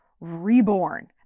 reborn